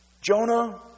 Jonah